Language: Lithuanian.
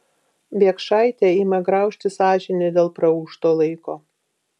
biekšaitę ima graužti sąžinė dėl praūžto laiko